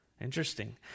Interesting